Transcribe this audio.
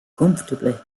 comfortably